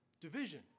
division